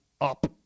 up